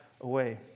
away